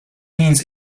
means